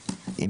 שנמצא.